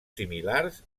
similars